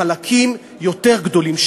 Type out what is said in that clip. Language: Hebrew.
חלקים יותר גדולים,